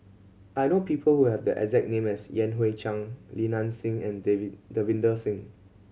I know people who have the exact name as Yan Hui Chang Li Nanxing and Davinder Singh